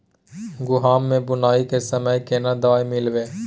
गहूम के बुनाई के समय केना दवाई मिलैबे?